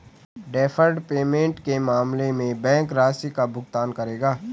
deferred payment के मामले में बैंक राशि का भुगतान करेगा